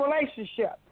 relationship